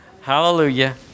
Hallelujah